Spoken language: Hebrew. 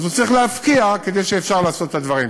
אז הוא צריך להפקיע כדי שאפשר יהיה לעשות את הדברים.